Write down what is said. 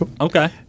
Okay